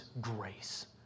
grace